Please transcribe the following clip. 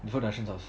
go russain's house